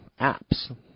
apps